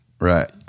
Right